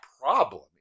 problem